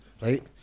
right